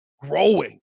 growing